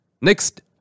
Next